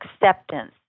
acceptance